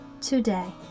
today